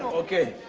okay,